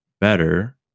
better